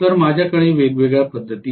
तर माझ्याकडे वेगवेगळ्या पद्धती आहेत